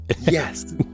yes